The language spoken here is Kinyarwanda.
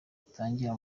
bitangira